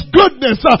goodness